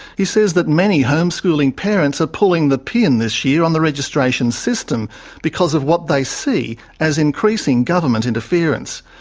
he says that many homeschooling parents are pulling the pin this year on the registration system because of what they see as increasing government interference.